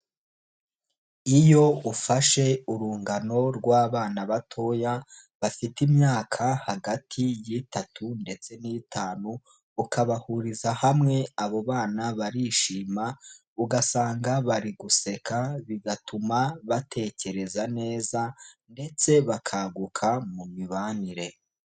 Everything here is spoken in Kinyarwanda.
Iyo ufashe urungano rw'abana batoya bafite imyaka hagati y'itatu ndetse n'itanu, ukabahuriza hamwe, abo bana barishima ugasanga bari guseka bigatuma batekereza neza ndetse bakaguka mu mibanire.